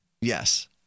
Yes